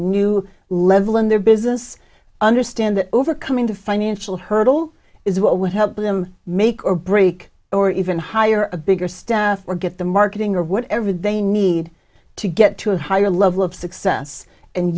new level in their business understand that overcoming the financial hurdle is what would help them make or break or even hire a bigger staff or get the marketing or whatever they need to get to a higher level of success and